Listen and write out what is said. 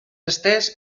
estès